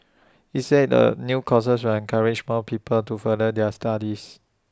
he said the new courses will encourage more people to further their studies